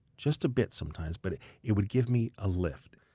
just a bit sometimes, but it would give me a lift.